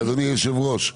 אדוני היושב ראש,